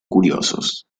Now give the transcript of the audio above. curiosos